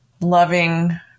loving